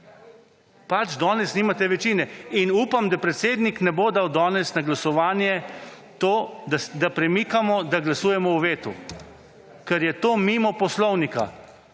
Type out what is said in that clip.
Pač danes nimate večine. In upam, da predsednik ne bo dal danes na glasovanje tega, da premikamo, da glasujemo o vetu, ker je to mimo poslovnika.